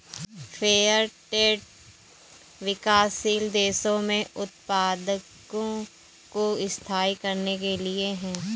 fair trade विकासशील देशों में उत्पादकों को स्थायी करने के लिए है